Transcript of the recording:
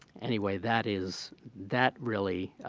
anyway, that is that really